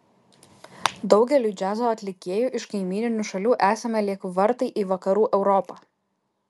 daugeliui džiazo atlikėjų iš kaimyninių šalių esame lyg vartai į vakarų europą